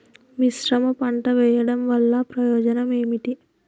మిశ్రమ పంట వెయ్యడం వల్ల ప్రయోజనం ఏమిటి?